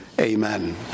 Amen